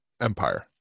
Empire